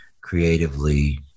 creatively